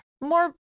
more